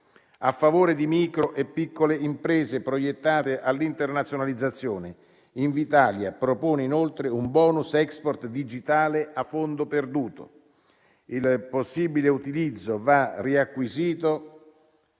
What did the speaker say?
A favore di micro e piccole imprese proiettate all'internazionalizzazione, Invitalia propone inoltre un bonus *export* digitale a fondo perduto; il possibile utilizzo va dal riacquisto